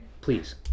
please